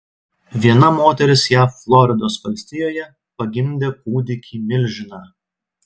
viena moteris jav floridos valstijoje pagimdė kūdikį milžiną